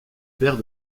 père